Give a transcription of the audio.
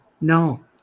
no